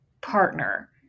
partner